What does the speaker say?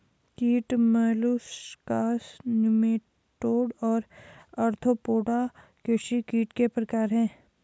कीट molluscs nematode और Arthropoda कृषि कीट के प्रकार हैं